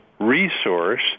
resource –